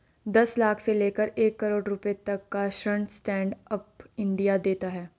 दस लाख से लेकर एक करोङ रुपए तक का ऋण स्टैंड अप इंडिया देता है